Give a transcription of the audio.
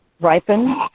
Ripen